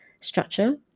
structure